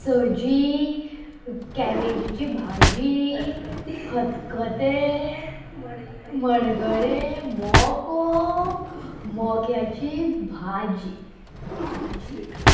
सजी कॅबेजीची भाजी खतखतें मणगणें मोको मोग्याची भाजी मोग्याची भाजी